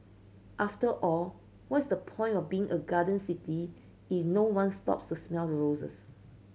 after all what's the point of being a garden city if no one stops smell the roses